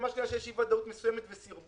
ששם יש אי-ודאות מסוימת וסרבול,